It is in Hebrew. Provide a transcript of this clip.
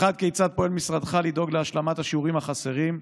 1. כיצד פועל משרדך לדאוג להשלמת השיעורים החסרים?